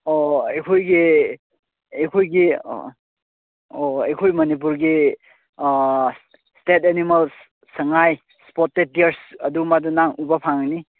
ꯑꯣ ꯍꯣꯏ ꯑꯩꯈꯣꯏꯒꯤ ꯑꯩꯈꯣꯏꯒꯤ ꯑꯣ ꯑꯩꯈꯣꯏ ꯃꯅꯤꯄꯨꯔꯒꯤ ꯏꯁꯇꯦꯠ ꯑꯦꯅꯤꯃꯦꯜ ꯁꯪꯉꯥꯏ ꯏꯁꯄꯣꯇꯦꯠ ꯗꯤꯌꯔꯁ ꯑꯗꯨꯒꯨꯝꯕꯗꯨ ꯅꯪ ꯎꯕ ꯐꯪꯉꯅꯤ